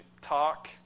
talk